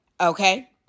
Okay